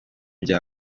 bya